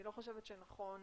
אני לא חושבת שנכון